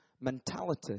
Mentality